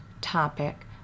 topic